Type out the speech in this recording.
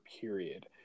period